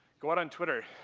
go out on twitter.